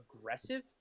aggressive